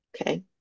okay